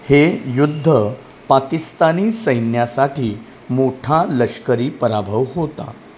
हे युद्ध पाकिस्तानी सैन्यासाठी मोठा लष्करी पराभव होता